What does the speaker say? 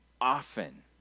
often